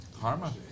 Karma